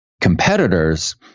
competitors